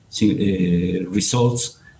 Results